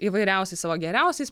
įvairiausiais savo geriausiais